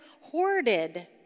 hoarded